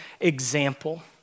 example